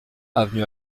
avenue